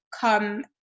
come